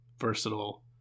Versatile